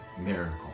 miracle